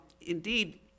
Indeed